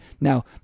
Now